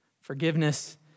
Forgiveness